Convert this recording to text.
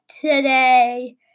today